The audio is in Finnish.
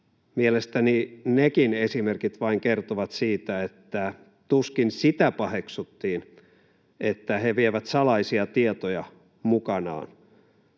Mielestäni nekin esimerkit vain kertovat siitä, että tuskin sitä paheksuttiin, että he vievät salaisia tietoja mukanaan.